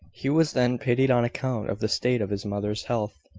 he was then pitied on account of the state of his mother's health.